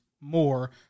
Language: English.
more